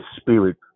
spirit